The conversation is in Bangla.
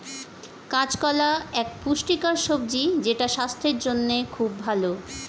কাঁচা কলা এক পুষ্টিকর সবজি যেটা স্বাস্থ্যের জন্যে খুব ভালো